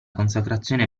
consacrazione